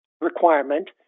requirement